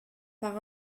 par